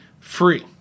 free